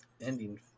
ending